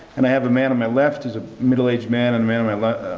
and i have a man on my left who's a middle-aged man, and man man